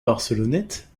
barcelonnette